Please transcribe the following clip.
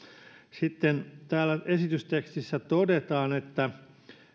täällä esitystekstissä todetaan